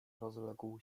rozległ